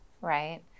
right